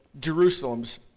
Jerusalem's